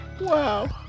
Wow